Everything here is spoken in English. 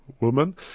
woman